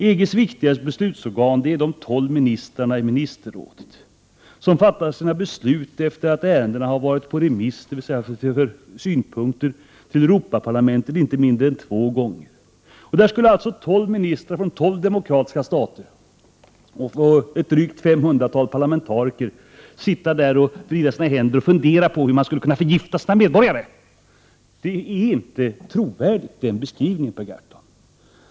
EG:s viktigaste beslutsorgan är de tolv ministrarna i ministerrådet, som fattar sina beslut efter att ärendena har varit på remiss till Europaparlamen tet inte mindre än två gånger. Där skulle alltså tolv ministrar från tolv demokratiska stater och ett drygt 500-tal parlamentariker sitta och vrida sina händer och fundera på hur de skulle kunna förgifta sina medborgare! Den beskrivningen är inte trovärdig, Per Gahrton.